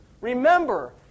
Remember